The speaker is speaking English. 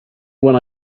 when